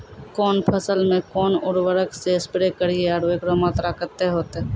कौन फसल मे कोन उर्वरक से स्प्रे करिये आरु एकरो मात्रा कत्ते होते?